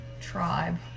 Tribe